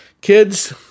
Kids